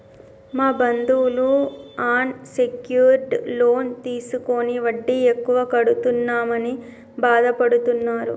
మా బంధువులు unsecured loan తీసుకుని వడ్డీ ఎక్కువ కడుతున్నామని బాధపడుతున్నరు